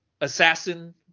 assassin